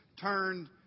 turned